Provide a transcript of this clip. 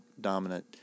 dominant